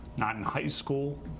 not in high school,